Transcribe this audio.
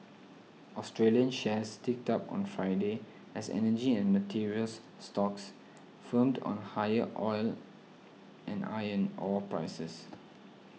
Australian shares ticked up on Friday as energy and materials stocks firmed on higher oil and iron ore prices